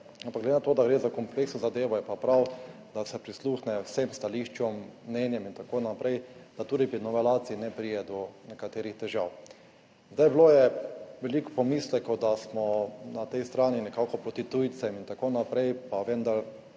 ampak glede na to, da gre za kompleksno zadevo, je pa prav, da se prisluhne vsem stališčem, mnenjem in tako naprej, da tudi pri novelaciji ne pride do nekaterih težav. Zdaj, bilo je veliko pomislekov, da smo na tej strani nekako proti tujcem in tako naprej, pa vendar